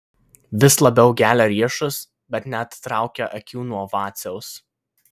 vis labiau gelia riešus bet neatitraukia akių nuo vaciaus